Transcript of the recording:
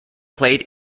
played